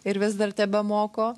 ir vis dar tebemoko